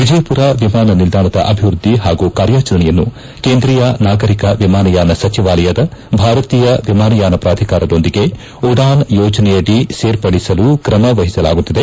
ವಿಜಯಪುರ ವಿಮಾನ ನಿಲ್ದಾಣದ ಅಭಿವೃದ್ದಿ ಹಾಗೂ ಕಾರ್ಯಾಚರಣೆಯನ್ನು ಕೇಂದ್ರಿಯ ನಾಗರೀಕ ವಿಮಾನಯಾನ ಸಚಿವಾಲಯದ ಭಾರತೀಯ ವಿಮಾನಯಾನ ಪ್ರಾಧಿಕಾರದೊಂದಿಗೆ ಉಡಾನ್ ಯೋಜನೆಯಡಿ ಸೇರ್ಪಡಿಸಲು ಕ್ರಮವಹಿಸಲಾಗುತ್ತಿದೆ